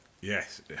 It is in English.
Yes